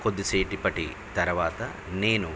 కొద్దిసేపటి తర్వాత నేను